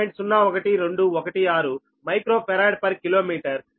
01216 microfarad per kilometre